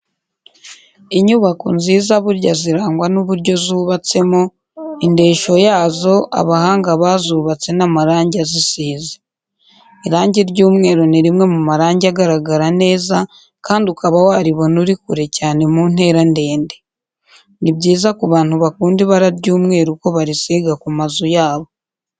Inyubako nziza burya zirangwa n'uburyo zubatsemo, indesho yazo, abahanga bazubatse n'amarange azisize. Irange ry'umweru ni rimwe mu marange agaragara neza kandi ukaba waribona uri kure cyane mu ntera ndende. Ni byiza kubantu bakunda ibara ry'umweru ko barisiga ku mazu yabo.